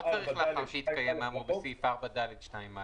לא צריך "לאחר שהתקיים האמור בסעיף 4(ד)(2)(א)".